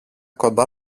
κοντά